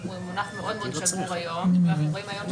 הוא מונח מאוד מאוד שגור היום.